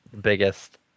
biggest